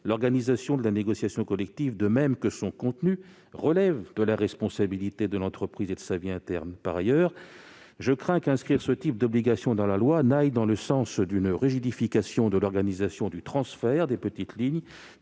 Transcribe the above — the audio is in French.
L'organisation de la négociation collective, de même que son contenu, relève de la responsabilité de l'entreprise et de sa vie interne. Par ailleurs, je crains qu'inscrire ce type d'obligation dans la loi n'aille dans le sens d'une rigidification de l'organisation du transfert des petites lignes,